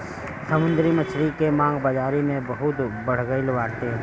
समुंदरी मछरी के मांग बाजारी में बहुते बढ़ गईल बाटे